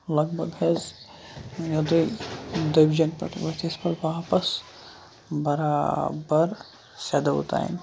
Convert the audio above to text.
لگ بگ حظ دُبجیٚن پٮ۪ٹھ وٲتۍ أسۍ پَتہٕ واپَس برابر سیدو تانۍ